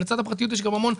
לצד הפרטיות יש עוד הרבה שאלות.